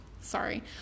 sorry